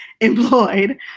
employed